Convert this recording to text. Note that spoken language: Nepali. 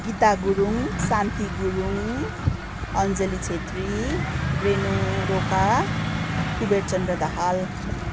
गीता गुरुङ शान्ति गुरुङ अन्जली छेत्री रेनु रोका कुबेरचन्द्र दाहाल